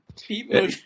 people